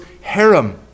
harem